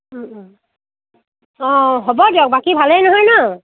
অ' হ'ব দিয়ক বাকী ভালে নহয় ন